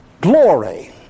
glory